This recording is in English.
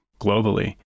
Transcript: globally